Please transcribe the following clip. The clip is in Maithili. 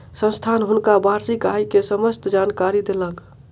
संस्थान हुनका वार्षिक आय के समस्त जानकारी देलक